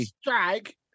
strike